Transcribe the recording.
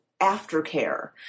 aftercare